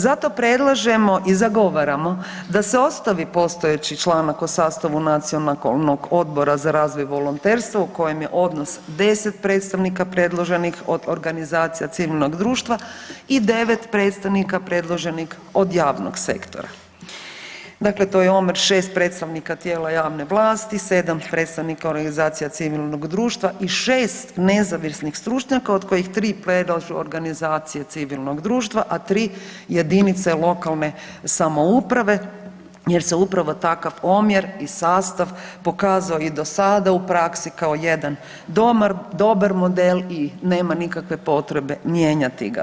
Zato predlažemo i zagovaramo da se ostavi postojeći članak o sastavu Nacionalnog odbora za razvoj volonterstva u kojem je odnos 10 predstavnika predloženih od organizacija civilnog društva i 9 predstavnika predloženih od javnog sektora, dakle to je omjer 6 predstavnika tijela javne vlasti, 7 predstavnika organizacija civilnog društva i 6 nezavisnih stručnjaka od kojih 3 predlažu organizacije civilnog društva, a 3 jedinice lokalne samouprave jer se upravo takav omjer i sastav pokazao i do sada u praksi kao jedan dobar model i nema nikakve potrebi mijenjati ga.